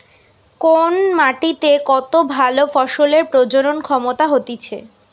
কোন মাটিতে কত ভালো ফসলের প্রজনন ক্ষমতা হতিছে